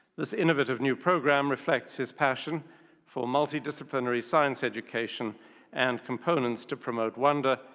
this innovative new program reflects his passion for multi-disciplinary science education and components to promote wonder,